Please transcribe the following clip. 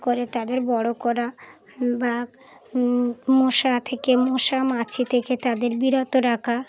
করে তাদের বড়ো করা বা মশা থেকে মশা মাছি থেকে তাদের বিরত রাখা